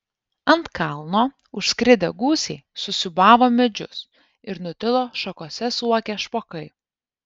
ant kalno užskridę gūsiai susiūbavo medžius ir nutilo šakose suokę špokai